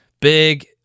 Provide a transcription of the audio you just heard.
big